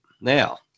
Now